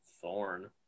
Thorn